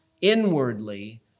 inwardly